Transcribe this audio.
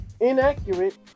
inaccurate